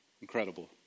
incredible